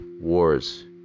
wars